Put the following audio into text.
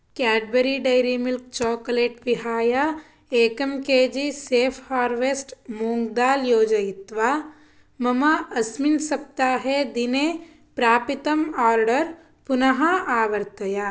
Cadbury Dairy Milk chocolate विहाय एकम् K G Safe Harvest मूङ्ग् दाल् योजयित्वा मम अस्मिन् सप्ताहे दिने प्रापितम् आर्डर् पुनः आवर्तय